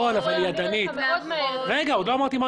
זה לא נכון שהן לא